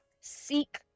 Seek